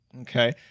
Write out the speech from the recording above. Okay